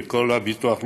את כל הביטוח הלאומי,